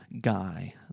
guy